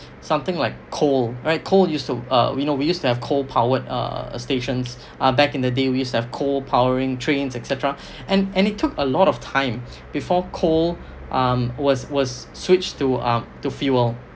something like coal right coal used to uh you know we used to have coal powered uh stations uh back in the day we used to have coal powering trains et cetera and and it took a lot of time before coal uh was was switched to um to fuel